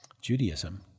Judaism